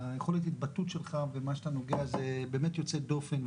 יכולת ההתבטאות שלך במה שאתה נוגע זה באמת יוצאת דופן.